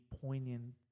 poignant